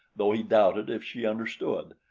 though he doubted if she understood,